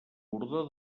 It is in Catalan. bordó